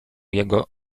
jego